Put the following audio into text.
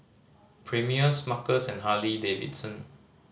cPremier Smuckers and Harley Davidson